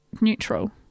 neutral